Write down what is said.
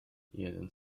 jeden